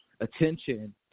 attention